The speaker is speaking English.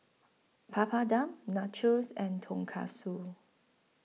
Papadum Nachos and Tonkatsu